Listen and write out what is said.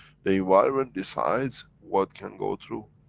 the environment decides what can go through.